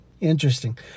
interesting